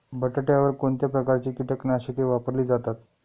बटाट्यावर कोणत्या प्रकारची कीटकनाशके वापरली जातात?